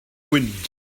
wind